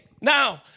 now